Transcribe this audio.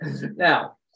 Now